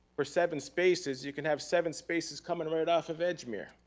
for seven spaces, you can have seven spaces coming right off of edgemere.